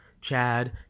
Chad